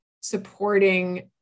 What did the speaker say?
supporting